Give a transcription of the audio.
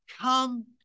Come